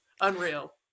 Unreal